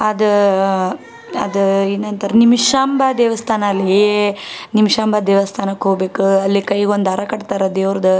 ಅದು ಅದು ಇನ್ನೆಂತಾರ ನಿಮಿಷಾಂಭ ದೇವಸ್ಥಾನ ಲೇ ನಿಮಿಷಾಂಭ ದೇವಸ್ಥಾನಕ್ ಹೋಗ್ಬೇಕು ಅಲ್ಲಿ ಕೈಗೊಂದು ದಾರ ಕಟ್ತಾರೆ ದೇವ್ರದ್ದು